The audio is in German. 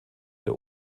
der